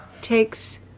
takes